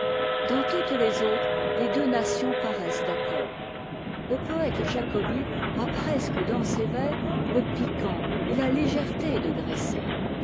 dans toutes les autres les deux nations paraissent d'accord le poëte jacobi a presque dans ses vers le piquant et la légèreté de